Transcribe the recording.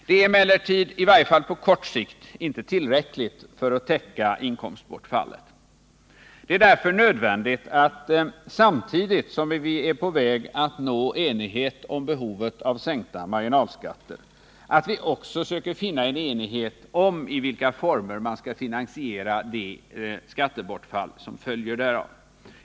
Det är emellertid, i varje fall på kort sikt, inte tillräckligt för att täcka inkomstbortfallet. Det är därför nödvändigt att vi, samtidigt som vi är på väg att nå enighet om behovet av sänkta marginalskatter, också söker finna en enighet om i vilka former man skall finansiera det skattebortfall som följer därav.